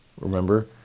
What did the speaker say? Remember